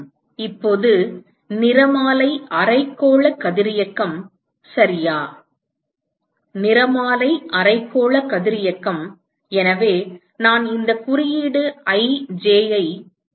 இப்போது நிறமாலை அரைக்கோள கதிரியக்கம் சரியா நிறமாலை அரைக்கோள கதிரியக்கம் எனவே நான் இந்த குறியீடு I J ஐ வழங்கப்படுகிறது